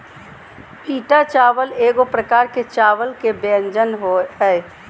पीटा चावल एगो प्रकार के चावल के व्यंजन हइ